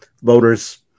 voters